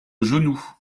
genou